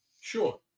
Sure